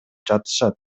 жатышат